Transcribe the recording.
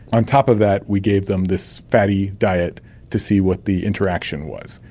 on top of that we gave them this fatty diet to see what the interaction was,